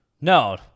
No